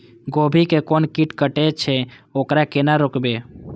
गोभी के कोन कीट कटे छे वकरा केना रोकबे?